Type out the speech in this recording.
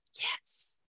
yes